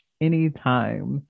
Anytime